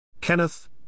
Kenneth